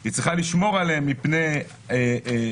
והיא צריכה לשמור עליהם מפני סכנות,